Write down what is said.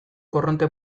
korronte